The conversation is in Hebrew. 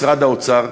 משרד האוצר,